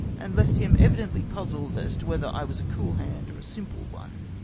and left him evidently puzzled as to whether i was a cool hand or a simple one.